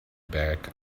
back